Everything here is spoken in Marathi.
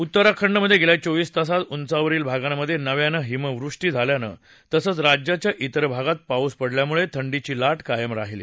उत्तराखंडमध्ये गेल्या चोवीस तासात उंचावरील भागांमध्ये नव्यानं हिमवृष्टी झाल्यानं तसंच राज्याच्या त्रिर भागात पाऊस पडल्यामुळे थंडीची लाट कायम राहिली